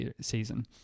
season